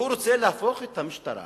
הוא רוצה להפוך את המשטרה